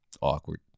Awkward